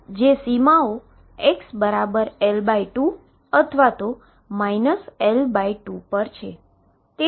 જે સીમાઓ xL2 અથવા L2 પર છે